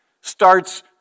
starts